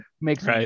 makes